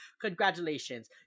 Congratulations